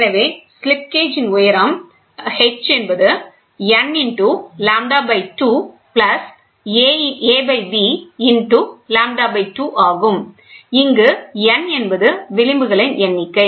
எனவே ஸ்லிப் கேஜின் உயரம் இங்கு n என்பது விளிம்புகளின் எண்ணிக்கை